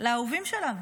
לאהובים שלנו.